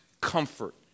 comfort